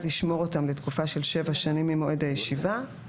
ישמור אותם לתקופה של שבע שנים ממועד הישיבה,